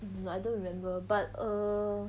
hmm no I don't remember but err